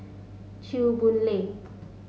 Chew Boon Lay